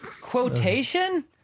Quotation